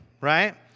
Right